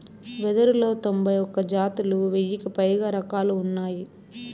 వెదురులో తొంభై ఒక్క జాతులు, వెయ్యికి పైగా రకాలు ఉన్నాయి